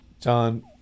john